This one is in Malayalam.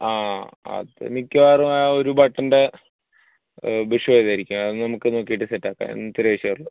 ആ അത് മിക്കവാറും ആ ഒരു ബട്ടണിൻ്റെ ബുഷ് പോയതായിരിക്കും അത് നമുക്ക് നോക്കിയിട്ട് സെറ്റാക്കാം അങ്ങനത്തെ ഒരിഷ്യുവേ ഉള്ളൂ